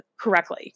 correctly